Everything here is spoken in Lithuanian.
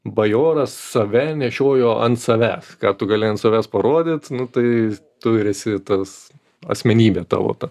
bajoras save nešiojo ant savęs ką tu gali ant savęs parodyt tai tu ir esi tas asmenybė tavo ta